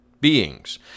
beings